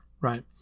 Right